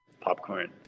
popcorn